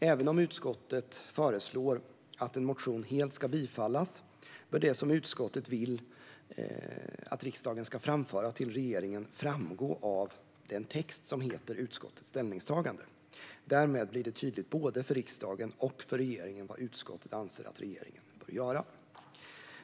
Även om utskottet föreslår att en motion helt ska bifallas bör det som utskottet vill att riksdagen ska framföra till regeringen framgå av den text som heter "utskottets ställningstagande". Därmed blir det tydligt både för riksdagen och för regeringen vad utskottet anser att regeringen bör göra.